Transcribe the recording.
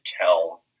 tell